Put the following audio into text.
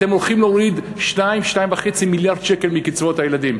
אתם הולכים להוריד 2 2.5 מיליארד שקל מקצבאות הילדים.